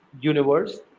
universe